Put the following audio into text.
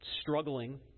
struggling